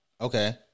Okay